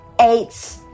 eight